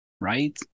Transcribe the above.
right